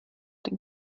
den